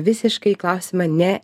visiškai klausimą ne